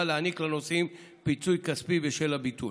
להעניק לנוסעים פיצוי כספי בשל הביטול.